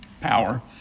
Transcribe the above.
power